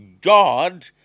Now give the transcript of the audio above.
God